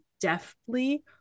deftly